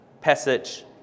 passage